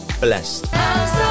blessed